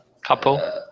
couple